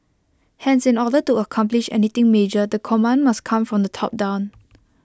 hence in order to accomplish anything major the command must come from the top down